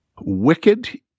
wicked